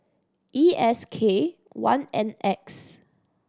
E S K one N X